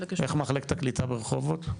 איך מחלקת הקליטה ברחובות?